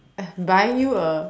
buying you a